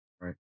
Right